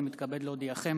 אני מתכבד להודיעכם,